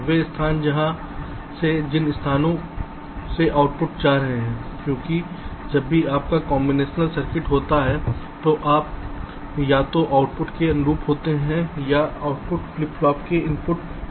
वे स्थान जहां से जिन स्थानों में आउटपुट जा रहे हैं क्योंकि जब भी आपका कांबिनेशनल सर्किट होता है तो आप या तो आउटपुट के अनुरूप होते हैं या वह आउटपुट फ्लिप फ्लॉप के इनपुट पर जा सकता है